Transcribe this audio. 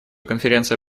конференция